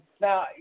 now